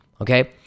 okay